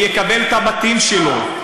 ויקבל את הבתים שלו.